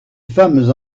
femmes